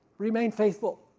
remain faithful.